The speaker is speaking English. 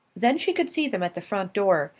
then she could see them at the front door,